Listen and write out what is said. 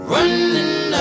Running